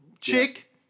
Chick